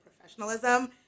professionalism